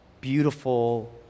beautiful